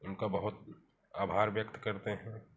उनका बहुत आभार व्यक्त करते हैं